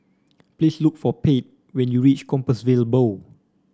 please look for Pate when you reach Compassvale Bow